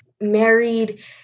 married